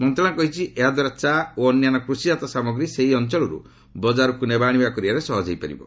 ମନ୍ତ୍ରଣାଳୟ କହିଛି ଏହାଦ୍ୱାରା ଚା' ଓ ଅନ୍ୟାନ୍ୟ କୃଷିଜାତ ସାମଗ୍ରୀ ସେହି ଅଞ୍ଚଳରୁ ବଜାରକୁ ନେବା ଆଶିବା କରିବାରେ ସହଜ ହୋଇପାରିବ